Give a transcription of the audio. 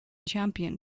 champion